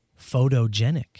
photogenic